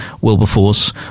Wilberforce